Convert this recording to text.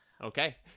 Okay